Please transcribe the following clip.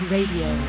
Radio